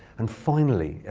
and finally,